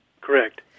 Correct